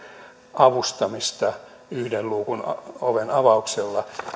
avustamista yhden luukun oven avauksella